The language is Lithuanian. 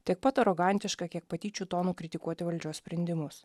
tiek pat arogantiška kiek patyčių tonu kritikuoti valdžios sprendimus